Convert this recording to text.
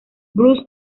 bruce